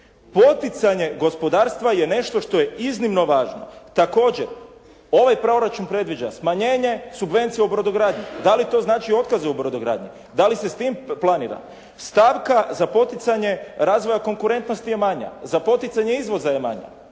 poticanje gospodarstva je nešto što je iznimno važno. Također, ovaj proračun predviđa smanjenje, subvencije u brodogradnji, da li to znači otkaze u brodogradnji, da li se s time planira. Stavka za poticanje razvoja konkurentnosti je manja, za poticanje izvoza je manja,